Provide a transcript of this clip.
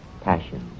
passion